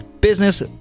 business